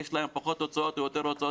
יש להן פחות הוצאות או יותר הוצאות,